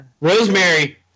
Rosemary